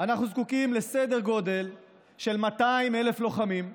אנחנו זקוקים לסדר גודל של 200,000 לוחמים,